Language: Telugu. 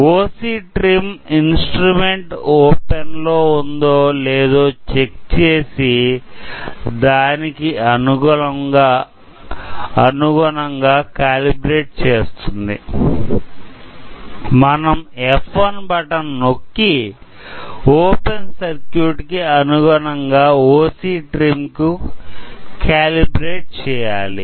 ఓసి ట్రిమ్ ఇన్స్ట్రుమెంట్ ఓపెన్ లో ఉందో లేదో చెక్ చేసి దానికి అనుగుణంగా కాలిబ్రేట్ చేస్తుంది మనం F1 బటన్ నొక్కి ఓపెన్ సర్క్యూట్ కి అనుగుణంగా ఓసి ట్రిమ్ కి కాలిబ్రేట్ చేయాలి